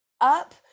up